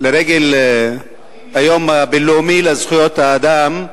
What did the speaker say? לרגל היום הבין-לאומי לזכויות האדם,